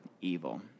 evil